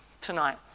tonight